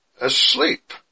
asleep